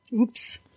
Oops